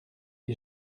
est